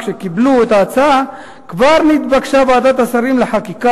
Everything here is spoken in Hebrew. כשקיבלו את ההצעה כבר נתבקשה ועדת השרים לחקיקה